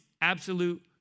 absolute